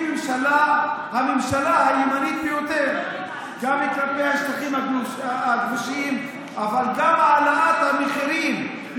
הממשלה היא הימנית ביותר גם כלפי השטחים הכבושים אבל גם בהעלאת המחירים,